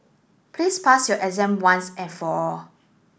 please pass your exam once and for all